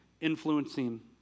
influencing